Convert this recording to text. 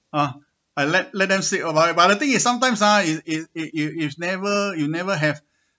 uh I let let them said about it but the thing is sometimes ah it it you you never you never have